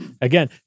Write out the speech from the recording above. Again